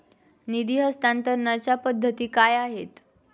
निधी हस्तांतरणाच्या पद्धती काय आहेत?